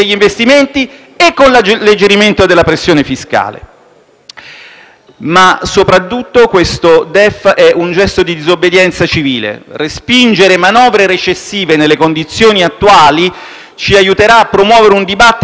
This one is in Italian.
è soprattutto un gesto di disobbedienza civile: respingere manovre recessive nelle condizioni attuali ci aiuterà a promuovere un dibattito sul significato della nostra convivenza in Europa, esattamente come